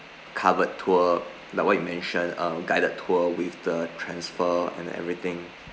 covered tour like what you mention a guided tour with the transfer and everything